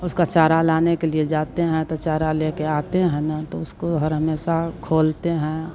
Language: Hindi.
उसका चारा लाने के लिए जाते हैं तो चारा लेकर आते हैं न तो उसको घर हमेशा खोलते हैं